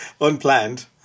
unplanned